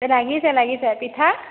লাগিছে লাগিছে পিঠা